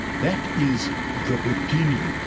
that is the beginning,